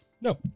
No